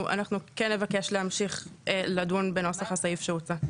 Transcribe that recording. אנחנו כן נבקש להמשיך לדון בנוסח הסעיף שהוצע.